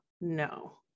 No